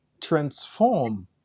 transform